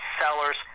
sellers